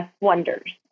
wonders